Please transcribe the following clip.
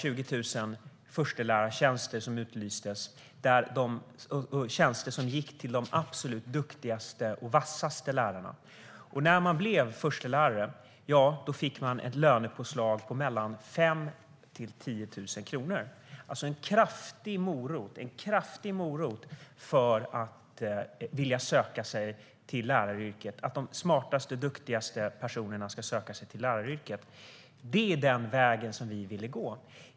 Det var kanske 30 000 eller 40 000. Dessa tjänster gick till de absolut duktigaste och vassaste lärarna. När man blev förstelärare fick man ett lönepåslag på mellan 5 000 och 10 000 kronor. Det var alltså en kraftig morot för att de smartaste och duktigaste personerna skulle söka sig till läraryrket. Det är den väg som vi ville gå.